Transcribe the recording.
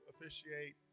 officiate